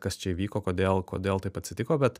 kas čia įvyko kodėl kodėl taip atsitiko bet